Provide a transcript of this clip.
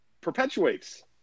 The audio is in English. perpetuates